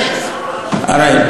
16. אראל,